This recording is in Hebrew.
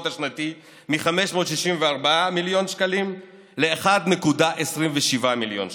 השנתי מ-564 מיליון שקלים ל-1.27 מיליון שקלים.